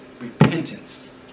repentance